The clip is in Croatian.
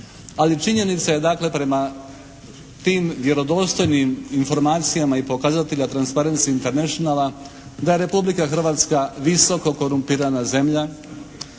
ali činjenica je dakle prema tim vjerodostojnim informacijama i pokazateljima Transparensy Internationala da je Republika Hrvatska visoko korumpirana zemlja